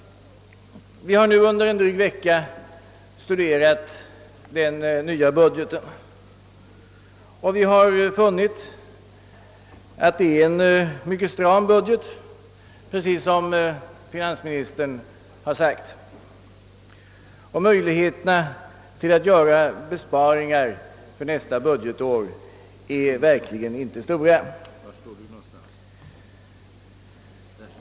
Vi har nu under en dryg vecka studerat den nya budgeten. Vi har funnit att det är en stram budget, precis som finansministern själv sagt. Möjligheterna att göra besparingar för nästa budgetår är verkligen inte stora.